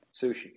Sushi